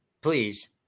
please